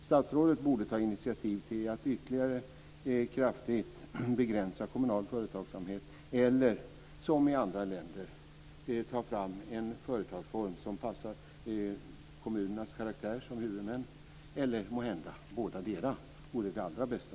Statsrådet borde ta initiativ till att ytterligare kraftigt begränsa kommunal företagsamhet eller som i andra länder ta fram en företagsform som passar kommunernas karaktär som huvudmän, eller måhända vore bådadera det allra bästa.